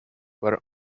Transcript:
were